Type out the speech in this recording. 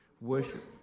worship